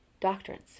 doctrines